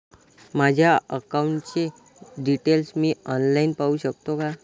माझ्या अकाउंटचे डिटेल्स मी ऑनलाईन पाहू शकतो का?